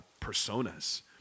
personas